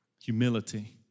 Humility